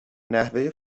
نحوه